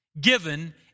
given